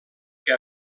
que